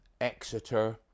exeter